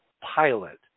pilot